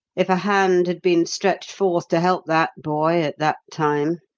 if a hand had been stretched forth to help that boy at that time.